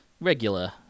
regular